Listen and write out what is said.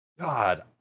God